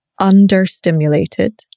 understimulated